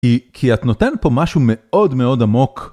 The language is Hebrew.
כי את נותנת פה משהו מאוד מאוד עמוק.